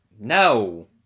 No